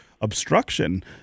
obstruction